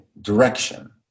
direction